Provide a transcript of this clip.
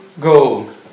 gold